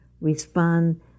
respond